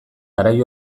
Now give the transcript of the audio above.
garai